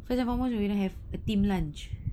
first and foremost we are gonna have a team lunch